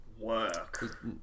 work